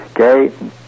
Okay